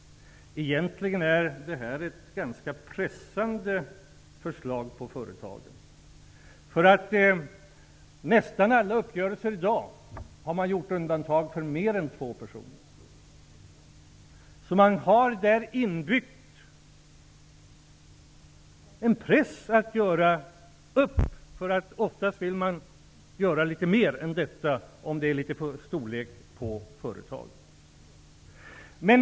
Egentligen är detta förslag ganska pressande för företagen. Vid nästan alla uppgörelser i dag har man gjort undantag för fler är två personer. Det finns inbyggt en press att göra upp. Oftast vill man göra litet mer än detta om det är ett något större företag.